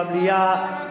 במליאה,